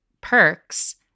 perks